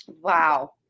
Wow